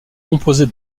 composée